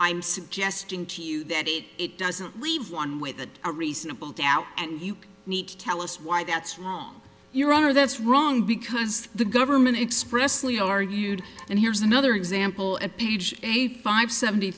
i'm suggesting to you that it it doesn't leave one way that a reasonable doubt and you meet tell us why that's wrong your honor that's wrong because the government expressly argued and here's another example at page eighty five seventy